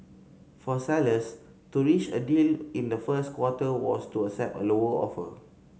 for sellers to reach a deal in the first quarter was to accept a lower offer